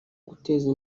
guteza